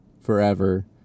forever